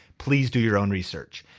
please do your own research.